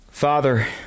Father